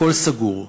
הכול סגור.